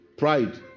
Pride